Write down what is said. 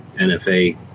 NFA